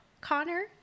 Connor